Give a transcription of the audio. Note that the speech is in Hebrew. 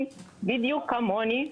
האם אנחנו היהודים,